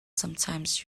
sometimes